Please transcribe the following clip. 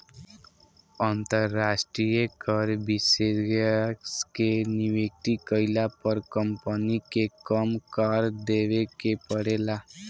अंतरास्ट्रीय कर विशेषज्ञ के नियुक्ति कईला पर कम्पनी के कम कर देवे के परेला